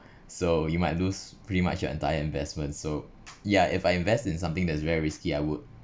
so you might lose pretty much your entire investment so ya if I invest in something that is very risky I would